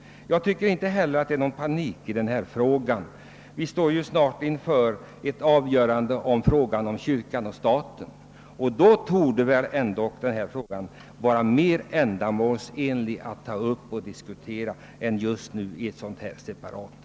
Jag anser inte heller att det behöver råda någon panik i denna fråga. Vi står snart inför ett avgörande i frågan om kyrkan och staten. När den tidpunkten kommer torde det väl ändå vara mer ändamålsenligt att ta upp och diskutera denna fråga än vid ett separat tillfälle som nu.